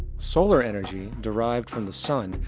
solar energy, derived from the sun,